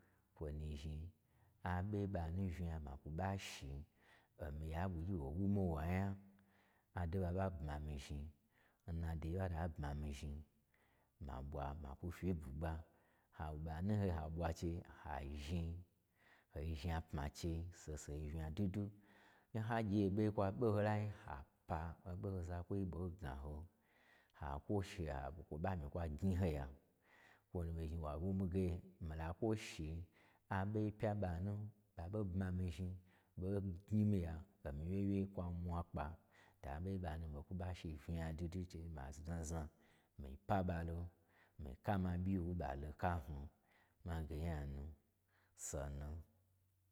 Kwo nu zhni, aɓoi nɓa nu unya ma kwu ɓa shi, o mii ya nyi ɓwugyi wo wu mii wa nya, ado n ɓa ɓa bma mii zhni n na do in n ɓata bma mii zhnin. Ma ɓwa ma kwu fyi n bwugba, ha gbma nu n hoi ha bwa che ha zhni, ho zhnapma n chei unya dwu dwu. N ha gye o ɓoi n kwa ɓo ho lai, ha pa o ɓo n ho zakwoi ɓo gna ho, ha kwo shi ha kwo ɓa myi kwa gnyi ho ya, kwo nu ɓo zhni wa wu mii ge, mii la kwo shi, a ɓoi pyan ɓanu, ɓa ɓo ɓma mii zhni, ɓo gnyi mii ya, o mii wye wyei kwa mwakpa, to aɓoi n ɓa nu, miiɓo kwu ɓa shi unya dwudwu chenu ɓo zhni ma znazna mii pa ɓalo, mii ka ma ɓyi wu n ɓa lon ka hnu. Mange onga nu, so nu.